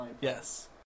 Yes